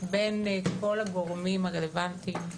בין כל הגורמים הרלוונטיים,